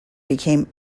became